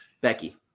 Becky